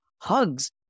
hugs